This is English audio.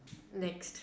next